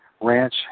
Ranch